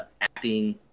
acting